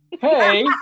Hey